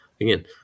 again